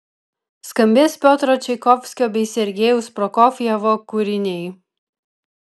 skambės piotro čaikovskio bei sergejaus prokofjevo kūriniai